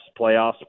playoffs